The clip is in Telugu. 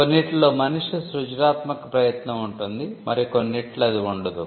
కొన్నింటిలో మనిషి సృజనాత్మక ప్రయత్నం ఉంటుంది మరి కొన్నింటిలో అది ఉండదు